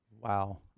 Wow